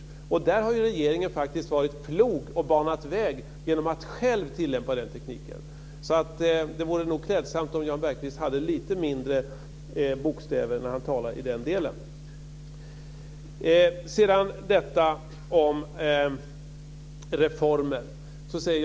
På den punkten har ju regeringen faktiskt varit klok och banat väg genom att själv tilllämpa den tekniken, så det vore nog klädsamt om Jan Bergqvist talade med lite mindre bokstäver i den delen. Sedan till detta med reformer.